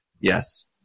Yes